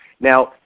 Now